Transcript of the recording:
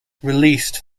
released